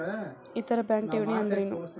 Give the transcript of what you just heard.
ಇತರ ಬ್ಯಾಂಕ್ನ ಠೇವಣಿ ಅನ್ದರೇನು?